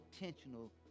intentional